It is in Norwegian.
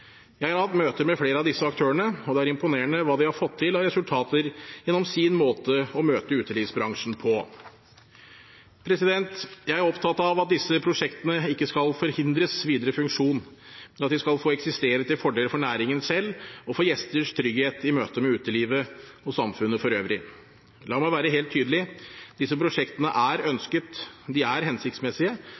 Jeg har hatt møter med flere av disse aktørene, og det er imponerende hva de har fått til av resultater gjennom sin måte å møte utelivsbransjen på. Jeg er opptatt av at disse prosjektene ikke skal forhindres fra videre funksjon, men at de skal få eksistere til fordel for næringen selv og for gjesters trygghet i møte med utelivet og samfunnet for øvrig. La meg være helt tydelig: Disse prosjektene er ønsket, de er hensiktsmessige,